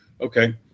Okay